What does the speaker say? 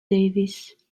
davis